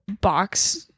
box-